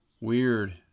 weird